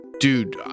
Dude